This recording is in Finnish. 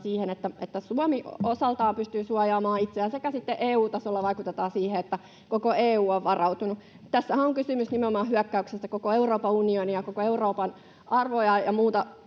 siihen, että Suomi osaltaan pystyy suojaamaan itseään sekä sitten EU-tasolla vaikutetaan siihen, että koko EU on varautunut. Tässähän on kysymys nimenomaan hyökkäyksestä koko Euroopan unionia, koko Euroopan arvoja ja muuta